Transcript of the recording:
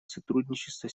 сотрудничество